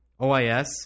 OIS